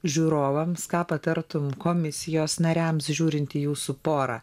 žiūrovams ką patartum komisijos nariams žiūrint į jūsų porą